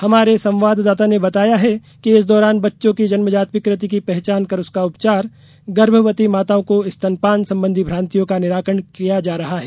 हमारे संवाददाता ने बताया है कि इस दौरान बच्चों की जन्मजात विकृति की पहचान कर उसका उपचार गर्भवती माताओं को स्तनपान संबंधी भ्रांतियों का निराकरण किया जा रहा है